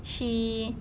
she